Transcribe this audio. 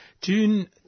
June